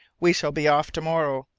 we shall be off to-morrow.